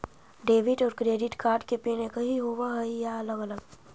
Debit और credit card के pin एकही होव हइ या अलग अलग?